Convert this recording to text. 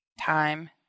time